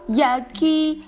yucky